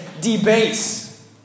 debase